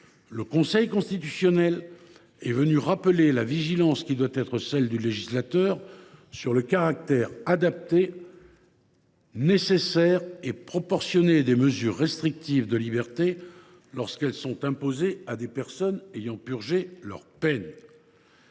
le Conseil constitutionnel a tenu à rappeler la vigilance dont doit faire preuve le législateur quant au caractère « adapté, nécessaire et proportionné » des mesures restrictives de liberté lorsqu’elles sont imposées à des personnes ayant purgé leur peine.